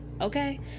okay